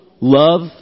love